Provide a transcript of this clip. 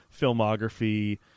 filmography